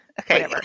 Okay